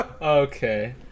Okay